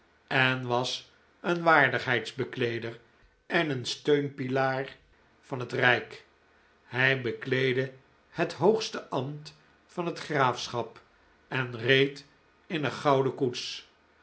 en was een waardigheidsbekleeder en een steunpilaar van het rijk hij bekleedde het hoogste ambt van het graafschap en reed in een gouden koets